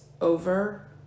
over